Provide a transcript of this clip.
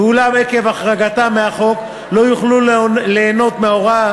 אולם עקב החרגתם מהחוק הם לא יוכלו ליהנות מההוראה